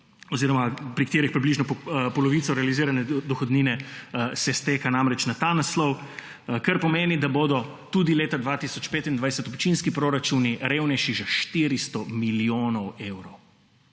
pri katerih se približno polovica realizirane dohodnine izteka na ta naslov, kar pomeni, da bodo tudi leta 2025 občinski proračuni revnejši za 400 milijonov evrov.